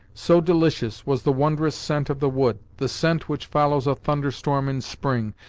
so delicious was the wondrous scent of the wood, the scent which follows a thunderstorm in spring,